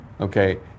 Okay